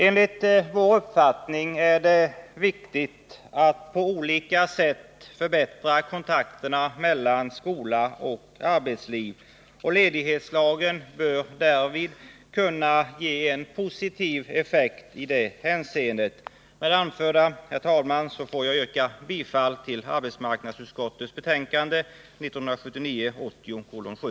Enligt vår uppfattning är det viktigt att på olika sätt förbättra kontakterna mellan skola och arbetsliv. Ledighetslagen bör kunna ge en positiv effekt i 107 det hänseendet. Herr talman! Med det anförda vill jag yrka bifall till hemställan i arbetsmarknadsutskottets betänkande 1979/80:7.